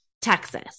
Texas